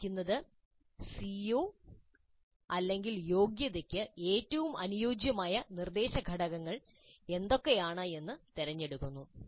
തന്നിരിക്കുന്ന CO യോഗ്യതയ്ക്ക് ഏറ്റവും അനുയോജ്യമായ നിർദ്ദേശ ഘടകങ്ങൾ എന്തൊക്കെയാണെന്ന് ഇൻസ്ട്രക്ടർ എടുക്കുന്നു